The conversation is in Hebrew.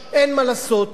אז הייתי אומר: ניחא,